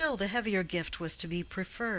still, the heavier gift was to be preferred,